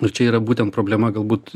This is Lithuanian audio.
čia yra būtent problema galbūt